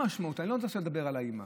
אני לא רוצה עכשיו לדבר על האימא,